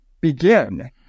begin